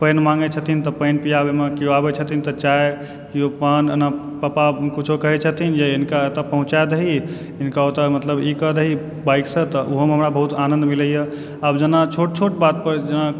पानि माँगए छथिन तऽ पानि पीआबएमे केओ अबए छथिन तऽ चाय केओ पान एना पप्पा किछु कहए छथिन जे हिनका एतऽ पहुँचा दही हिनका ओतऽमतलब ई कऽदही बाइकसंँ तऽ ओहोमे हमरा बहुत आनन्द मिलैए आब जेना छोट छोट बात पर जेना